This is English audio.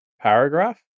paragraph